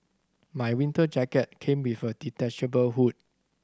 my winter jacket came with a detachable hood